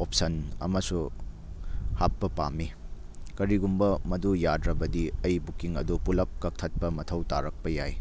option ꯑꯃꯁꯨ ꯍꯥꯞꯄ ꯄꯥꯝꯃꯤ ꯀꯔꯤꯒꯨꯝꯕ ꯃꯗꯨ ꯌꯥꯗ꯭ꯔꯕꯗꯤ ꯑꯩ ꯕꯨꯛꯀꯤꯡ ꯑꯗꯨ ꯄꯨꯂꯞ ꯀꯛꯊꯠꯄ ꯃꯊꯧ ꯇꯥꯔꯛꯄ ꯌꯥꯏ